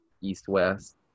east-west